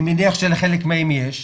אני מניח שלחלק מהם יש.